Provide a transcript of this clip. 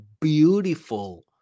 beautiful